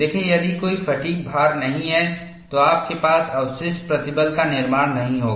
देखें यदि कोई फ़ैटिग् भार नहीं है तो आपके पास अवशिष्ट प्रतिबल का निर्माण नहीं होगा